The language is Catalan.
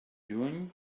juny